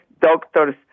doctors